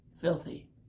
filthy